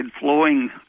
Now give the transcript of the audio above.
flowing